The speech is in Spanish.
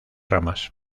ramas